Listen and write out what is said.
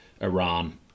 Iran